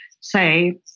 say